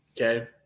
okay